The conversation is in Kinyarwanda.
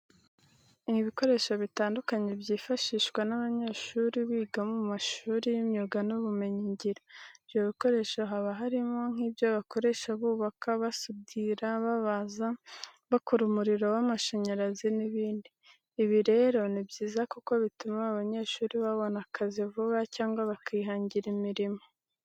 Ni ibikoresho bitandukanye byifashishwa n'abanyeshuri biga mu mashuri y'imyuga n'ubumenyingiro. Ibyo bikoresho harimo nk'ibyo bakoresha bubaka, basudira, babaza, bakora umuriro w'amashanyarazi n'ibndi. Ibi rero ni byiza kuko bituma aba banyeshuri babona akazi vuba cyangwa bakihangira imirimo.